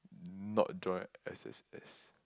not joing S_S_S